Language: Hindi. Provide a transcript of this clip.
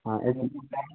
हाँ